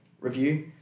review